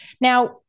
Now